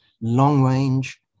long-range